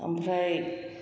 ओमफ्राय